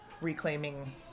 reclaiming